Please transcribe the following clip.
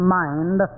mind